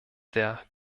der